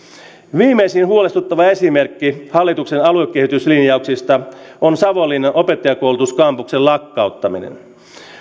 viimeisin huolestuttava esimerkki hallituksen aluekehityslinjauksista on savonlinna opettajankoulutuskampuksen lakkauttaminen